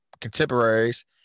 contemporaries